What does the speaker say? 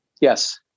Yes